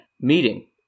meeting